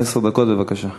עשר דקות, בבקשה.